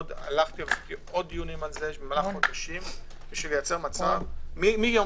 עשיתי עוד דיונים על זה כדי לייצר מצב מיום